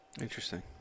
Interesting